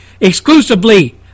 exclusively